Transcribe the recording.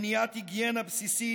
מניעת היגיינה בסיסית,